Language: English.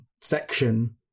section